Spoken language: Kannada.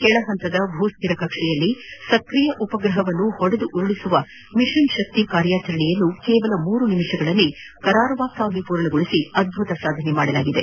ಕೆಳ ಭೂಸ್ಟಿರ ಕಕ್ಷೆಯಲ್ಲಿ ಸಕ್ರಿಯ ಉಪ್ರಹವನ್ನು ಹೊಡೆದು ಉರುಳಿಸುವ ಮಿಷನ್ ಶಕ್ತಿ ಕಾರ್ಯಾಚರಣೆಯನ್ನು ಮೂರು ನಿಮಿಷಗಳಲ್ಲಿ ಕರಾರುವಕ್ಕಾಗಿ ಪೂರ್ಣಗೊಳಿಸಿ ಅದ್ದುತ ಸಾಧನೆ ಮಾಡಿದೆ